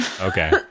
Okay